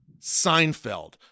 Seinfeld